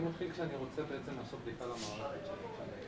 אם יהיה הדבר הזה בתיעדוף גבוה,